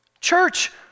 Church